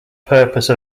purpose